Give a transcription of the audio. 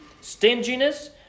stinginess